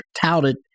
touted